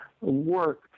work